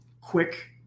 quick